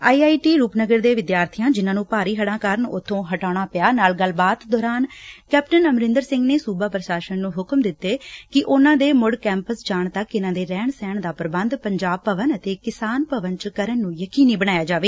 I I T Rupnagar ਦੇ ਵਿਦਿਆਰਬੀਆਂ ਜਿਨਾਂ ਨੂੰ ਭਾਰੀ ਹੜਾਂ ਕਾਰਨ ਉਬੋਂ ਹਟਾਉਣਾ ਪਿਆ ਨਾਲ ਗੱਲਬਾਤ ਦੌਰਾਨ ਕੈਪਟਨ ਅਮਰਿੰਦਰ ਸਿੰਘ ਨੇ ਸੁਬਾ ਪੁਸ਼ਾਸਨ ਨੂੰ ਹੁਕਮੱ ਦਿੱਤੇ ਕਿ ਉਨੂੰਾ ਦੇ ਮੁਤ ਕੈਪਸ ਜਾਣ ਤੱਕ ਇਨੂਂ ਦੇ ਰਹਿਣ ਸਹਿਣ ਦਾ ਪ੍ਰਬੰਧ ਪੰਜਾਬ ਭਵਨ ਅਤੇ ਕਿਸਾਨ ਭਵਨ ਚ ਕਰਨ ਨੂੰ ਯਕੀਨੀ ਬਣਾਇੱਆ ਜਾਵੇ